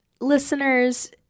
Listeners